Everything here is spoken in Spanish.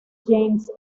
james